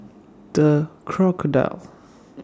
The Crocodile